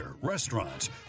restaurants